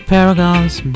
Paragon's